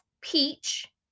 peach